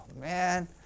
man